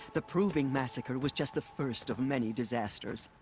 the proving massacre was just the first of many disasters.